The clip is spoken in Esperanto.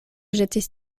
ĵetis